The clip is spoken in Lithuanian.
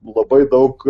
labai daug